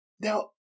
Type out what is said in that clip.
now